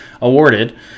awarded